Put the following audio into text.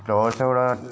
dosa ചുടാൻ